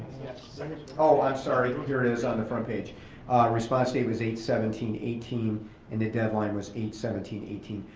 yeah sort of oh, i'm sorry, here it is on the front page. our response date was eight seventeen eighteen and the deadline was eight seventeen eighteen.